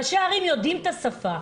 ראשי הערים יודעים את השפה.